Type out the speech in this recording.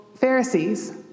Pharisees